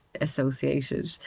associated